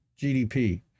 GDP